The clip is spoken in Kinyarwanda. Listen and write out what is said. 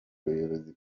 ubuyobozi